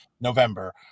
November